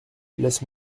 laisse